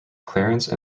clarence